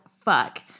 fuck